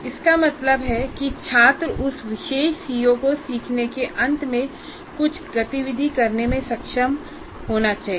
इसका मतलब है कि छात्र उस विशेष सीओ को सीखने के अंत में कुछ गतिविधि करने में सक्षम होना चाहिए